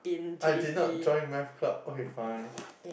I did not join math club okay fine